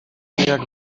jak